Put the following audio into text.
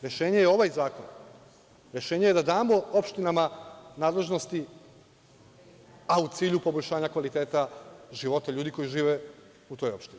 Rešenje je ovaj zakon, rešenje je da damo opštinama nadležnosti, a u cilju poboljšanja kvaliteta života ljudi koji žive u toj opštini.